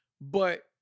but-